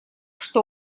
что